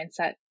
mindset